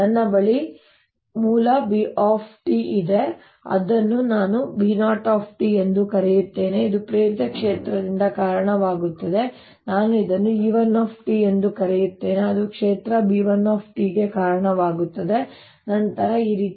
ನನ್ನ ಬಳಿ ಮೂಲ B ಇದೆ ಅದನ್ನು ನಾನು B₀ ಎಂದು ಕರೆಯುತ್ತೇನೆ ಇದು ಪ್ರೇರಿತ ಕ್ಷೇತ್ರಕ್ಕೆ ಕಾರಣವಾಗುತ್ತದೆ ನಾನು ಇದನ್ನು E₁ ಎಂದು ಕರೆಯುತ್ತೇನೆ ಅದು ಕ್ಷೇತ್ರ B₁ ಗೆ ಕಾರಣವಾಗುತ್ತದೆ ಮತ್ತು ನಂತರ ಈ ರೀತಿ